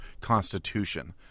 constitution